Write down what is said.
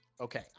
Okay